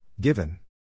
Given